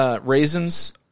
raisins